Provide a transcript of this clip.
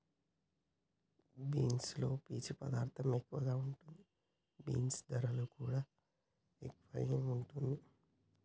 beans లో పీచు పదార్ధం ఎక్కువ ఉంటది, బీన్స్ ధరలు కూడా ఎక్కువే వుంటుంది